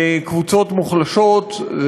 לקבוצות מוחלשות.